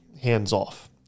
hands-off